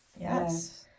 Yes